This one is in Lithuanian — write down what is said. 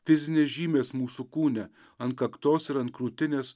fizinės žymės mūsų kūne ant kaktos ir ant krūtinės